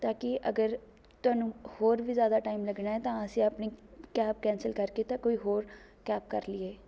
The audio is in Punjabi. ਤਾਂ ਕਿ ਅਗਰ ਤੁਹਾਨੂੰ ਹੋਰ ਵੀ ਜ਼ਿਆਦਾ ਟਾਇਮ ਲੱਗਣਾ ਤਾਂ ਅਸੀਂ ਆਪਣੀ ਕੈਬ ਕੈਂਸਲ ਕਰਕੇ ਤਾਂ ਕੋਈ ਹੋਰ ਕੈਬ ਕਰ ਲਈਏ